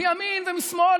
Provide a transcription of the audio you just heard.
מימין ומשמאל,